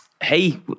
Hey